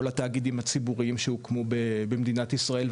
התאגידים הציבוריים שהוקמו במדינת ישראל,